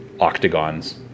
octagons